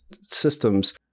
systems